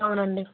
అవునండి